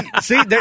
See